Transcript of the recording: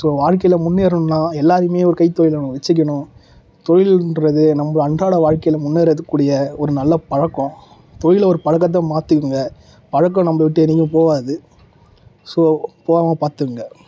so வாழ்க்கையில் முன்னேறணும்னால் எல்லோருமே ஒரு கைத்தொழிலை ஒன்று வச்சிக்கணும் தொழிலுன்றது நம்ம அன்றாட வாழ்க்கையில் முன்னேறதுக்குக் கூடிய ஒரு நல்ல பழக்கம் தொழிலை ஒரு பழக்கத்தை மாற்றிக்குங்க பழக்கம் நம்மளை விட்டு எங்கேயும் போகாது ஸோ போ போகாம பார்த்துங்க